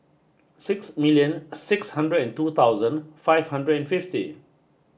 six million six hundred and two thousand five hundred and fifty